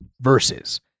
versus